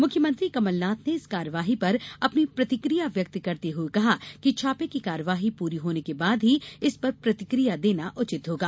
मुख्यमंत्री कमलनाथ ने इस कार्यवाही पर अपनी प्रतिक्रिया व्यक्त करते हुए कहा कि छापे की कार्यवाही पूरी होने के बाद ही इस पर प्रतिकिया देना उचित होगा